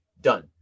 done